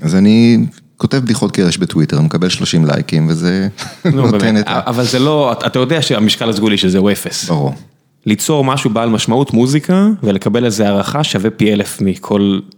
אז אני כותב בדיחות קרש בטוויטר, אני מקבל 30 לייקים וזה נותן את זה. אבל זה לא, אתה יודע שהמשקל הסגולי של זה הוא אפס. ברור. ליצור משהו בעל משמעות מוזיקה ולקבל איזו הערכה שווה פי אלף מכל.